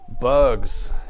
Bugs